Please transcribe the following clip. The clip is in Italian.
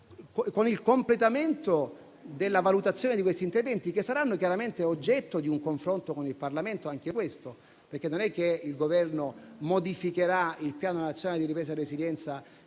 con il completamento della valutazione di questi interventi, che sarà anch'esso oggetto di un confronto con il Parlamento: non è che il Governo modificherà il Piano nazionale di ripresa e resilienza